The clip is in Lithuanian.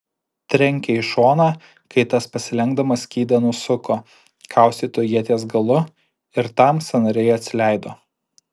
trenkė į šoną kai tas pasilenkdamas skydą nusuko kaustytu ieties galu ir tam sąnariai atsileido